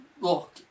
Look